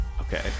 okay